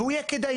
והוא יהיה כדאי.